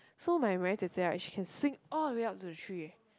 so my Marry Jie Jie right she can swing all the way up to the tree eh